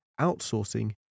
outsourcing